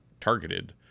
targeted